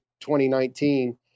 2019